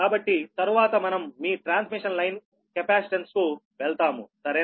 కాబట్టి తరువాత మనం మీ ట్రాన్స్మిషన్ లైన్ కెపాసిటెన్స్కు వెళ్తాము సరేనా